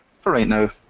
for right now,